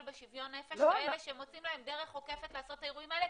בשוויון נפש כאלה שמוצאים להם דרך עוקפת לעשות את האירועים האלה.